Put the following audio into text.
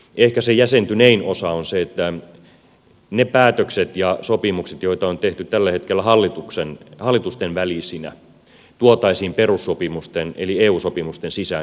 ehkä se jäsentynein osa on se että ne päätökset ja sopimukset joita on tehty tällä hetkellä hallitusten välisinä tuotaisiin perussopimusten eli eu sopimusten sisään